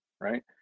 right